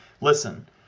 listen